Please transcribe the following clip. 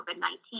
COVID-19